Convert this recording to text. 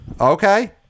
Okay